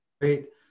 great